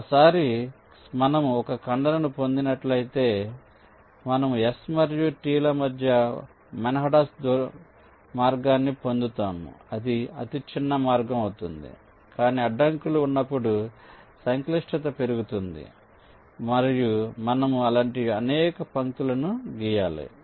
ఒకసారి మనము ఒక ఖండనను పొందినట్లయితే మనము S మరియు T ల మధ్య మాన్హాటన్ మార్గాన్ని పొందుతాము అది అతిచిన్న మార్గం అవుతుంది కానీ అడ్డంకులు ఉన్నప్పుడు సంక్లిష్టత పెరుగుతుంది మరియు మనము అలాంటి అనేక పంక్తులను గీయాలి